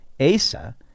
Asa